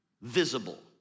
visible